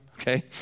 Okay